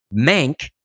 Mank